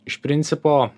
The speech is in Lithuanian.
iš principo